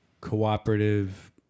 cooperative